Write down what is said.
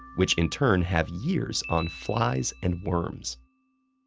which in turn have years on flies and worms.